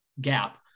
gap